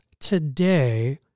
today